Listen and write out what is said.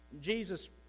Jesus